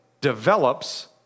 develops